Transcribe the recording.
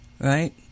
right